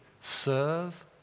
serve